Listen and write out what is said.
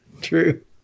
True